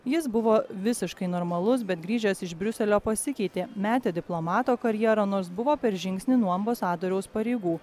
jis buvo visiškai normalus bet grįžęs iš briuselio pasikeitė metė diplomato karjerą nors buvo per žingsnį nuo ambasadoriaus pareigų